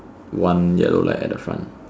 one yellow light at the front